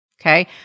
okay